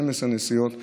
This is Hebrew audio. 12 נסיעות בשעה.